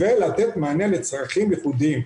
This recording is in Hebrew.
ולתת מענה לצרכים ייחודיים.